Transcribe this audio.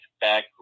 back